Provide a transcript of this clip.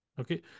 Okay